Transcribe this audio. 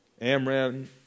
Amram